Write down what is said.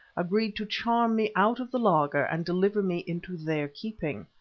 agreed to charm me out of the laager and deliver me into their keeping.